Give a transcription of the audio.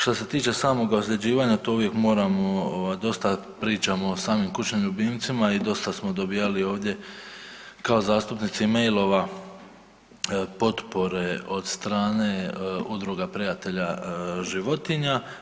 Što se tiče samog ozljeđivanja tu uvijek moramo, ovaj dosta pričamo o samim kućnim ljubimcima i dosta smo dobivali ovdje kao zastupnici mailova potpore od strane Udruga prijatelja životinja.